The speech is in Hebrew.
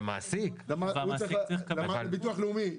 לביטוח לאומי,